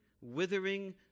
withering